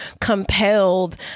compelled